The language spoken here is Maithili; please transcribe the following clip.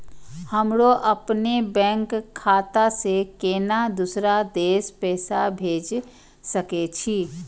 हमरो अपने बैंक खाता से केना दुसरा देश पैसा भेज सके छी?